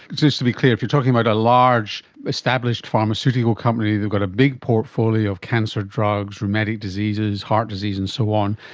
just to be clear, if you're talking about a large established pharmaceutical company, they've got a big portfolio of cancer drugs, rheumatic diseases, heart disease and so on,